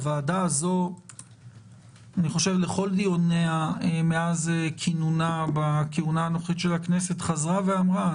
הוועדה הזאת בכל דיוניה מאז כינונה בכהונה הנוכחית של הכנסת חזרה ואמרה: